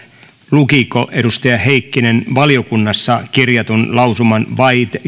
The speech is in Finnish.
lukiko edustaja heikkinen valiokunnassa kirjatun lausuman vai